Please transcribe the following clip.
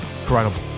Incredible